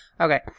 okay